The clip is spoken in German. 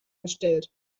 gestellt